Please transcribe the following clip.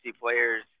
players